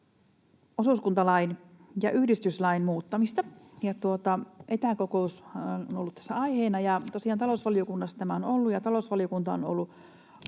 osuuskuntalain ja yhdistyslain muuttamista. Etäkokous on ollut tässä aiheena, ja tosiaan talousvaliokunnassa tämä on ollut, ja talousvaliokunta on ollut